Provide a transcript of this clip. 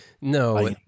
No